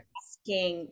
asking